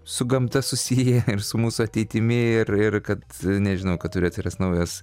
su gamta susiję ir su mūsų ateitimi ir ir kad nežinau kad turi atsirast naujas